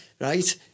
right